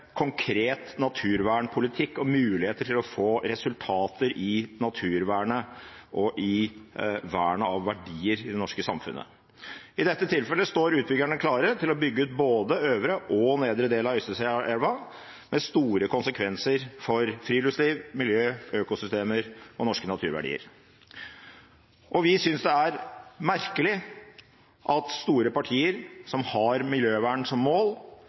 konkret naturvernpolitikk og mulighet til å få resultater i naturvernet og vernet av verdier i det norske samfunnet. I dette tilfellet står utbyggerne klare til å bygge ut både øvre og nedre del av Øysteseelva, med store konsekvenser for friluftsliv, miljø, økosystemer og norske naturverdier. Vi synes det er merkelig at store partier som har miljøvern som mål,